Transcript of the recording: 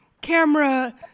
camera